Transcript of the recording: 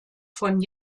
von